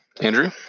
Andrew